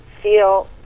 feel